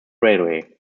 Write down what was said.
railway